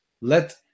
Let